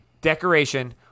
decoration